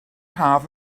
haf